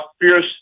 Fierce